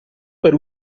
per